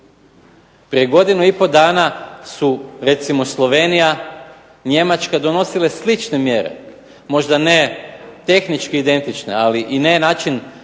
Prije godinu i pol dana su recimo Slovenija, Njemačka donosile slične mjere. Možda ne tehnički identične, ali i ne način